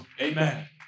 Amen